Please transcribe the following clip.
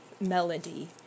melody